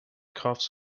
cuffs